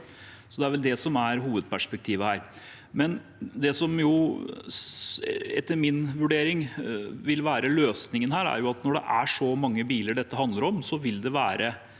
Det er vel det som er hovedperspektivet her. Det som etter min vurdering vil være løsningen her, er at når det er så mange biler dette handler om, vil det være